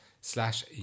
slash